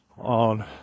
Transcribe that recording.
on